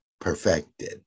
perfected